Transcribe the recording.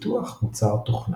פיתוח מוצר תוכנה